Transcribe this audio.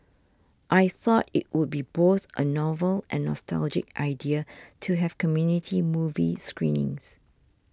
I thought it would be both a novel and nostalgic idea to have community movie screenings